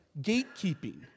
gatekeeping